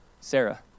Sarah